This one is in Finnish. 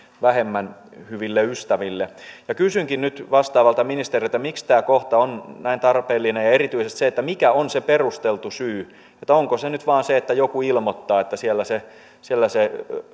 vähemmän hyville ystäville kysynkin nyt vastaavalta ministeriltä miksi tämä kohta on näin tarpeellinen ja erityisesti mikä on se perusteltu syy onko se nyt vain se että joku ilmoittaa että siellä se siellä se